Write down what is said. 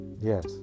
yes